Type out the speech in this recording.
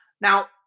now